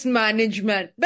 management